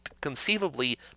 conceivably